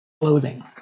Clothing